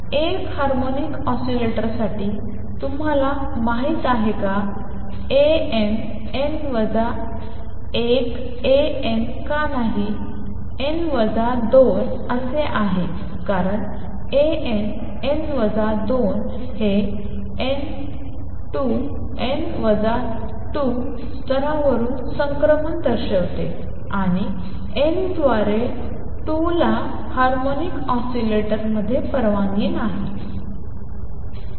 1 harmonic ऑसीलेटरसाठी तुम्हाला माहित आहे का A n n वजा 1 A n का नाही n वजा 2 असे आहे कारण A n n वजा 2 हे n 2 n वजा 2 स्तरावरून संक्रमण दर्शवते आणि n द्वारे 2 याला हार्मोनिक ऑसिलेटरमध्ये परवानगी नाही